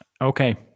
Okay